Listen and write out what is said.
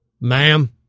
Ma'am